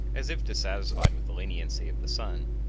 as if dissatisfied with the leniency of the sun,